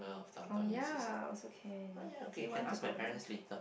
oh yeah also can do you want to go there